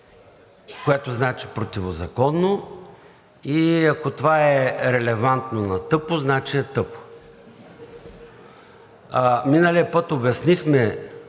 което значи противозаконно, и ако това е релевантно на тъпо значи е тъпо. Миналия път обяснихме